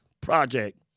project